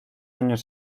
años